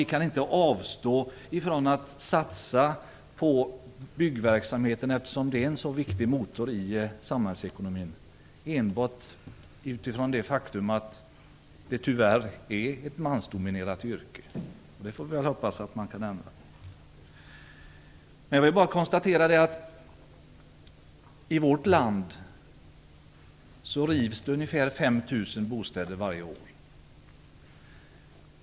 Vi kan inte avstå från att satsa på byggverksamheten, eftersom det är en så viktig motor i samhällsekonomin, enbart utifrån det faktum att det tyvärr är ett mansdominerat yrke. Det får vi väl hoppas att man kan ändra på. I vårt land rivs det ungefär 5 000 bostäder varje år.